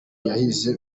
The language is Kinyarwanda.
yahize